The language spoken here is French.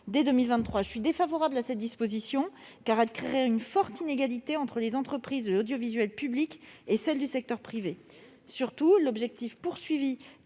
dès 2023. Je suis défavorable à cette disposition, car elle créerait une forte inégalité entre les entreprises de l'audiovisuel public et celles du secteur privé. Surtout, l'objectif de